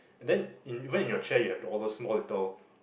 and then even in your chair you have those small little